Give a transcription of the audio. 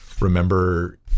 remember